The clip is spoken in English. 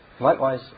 Likewise